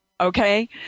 okay